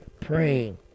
Praying